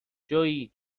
جویی